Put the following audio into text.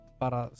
para